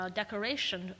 decoration